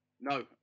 No